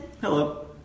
Hello